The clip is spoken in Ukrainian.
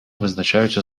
визначаються